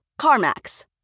CarMax